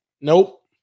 nope